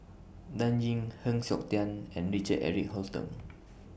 Dan Ying Heng Siok Tian and Richard Eric Holttum